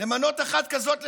למנות אחת כזאת לשרה,